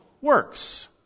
works